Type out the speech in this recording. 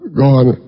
gone